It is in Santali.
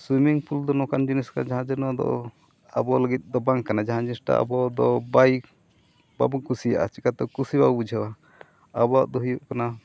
ᱫᱚ ᱱᱚᱝᱠᱟᱱ ᱡᱤᱱᱤᱥ ᱠᱟᱱᱟ ᱡᱟᱦᱟᱸ ᱡᱮ ᱱᱚᱣᱟ ᱫᱚ ᱟᱵᱚ ᱞᱟᱹᱜᱤᱫ ᱫᱚ ᱵᱟᱝ ᱠᱟᱱᱟ ᱡᱟᱦᱟᱸ ᱡᱤᱱᱤᱥᱴᱟ ᱟᱵᱚ ᱫᱚ ᱵᱟᱭ ᱵᱟᱵᱚ ᱠᱩᱥᱤᱭᱟᱜᱼᱟ ᱪᱮᱠᱟᱛᱮ ᱠᱩᱥᱤ ᱵᱟᱵᱚ ᱵᱩᱡᱷᱟᱹᱣᱟ ᱟᱵᱚᱣᱟᱜ ᱫᱚ ᱦᱩᱭᱩᱜ ᱠᱟᱱᱟ